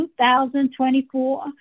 2024